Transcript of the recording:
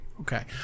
Okay